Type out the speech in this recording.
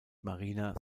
marina